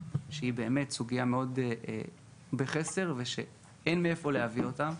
שהיא באמת סוגייה מאוד בחסר ושאין מאיפה להביא אותם,